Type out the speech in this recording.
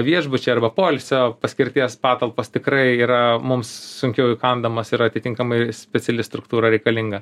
viešbučiai arba poilsio paskirties patalpos tikrai yra mums sunkiau įkandamos ir atitinkamai speciali struktūra reikalinga